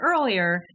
earlier